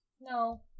No